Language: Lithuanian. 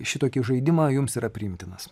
šitokį žaidimą jums yra priimtinas